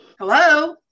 Hello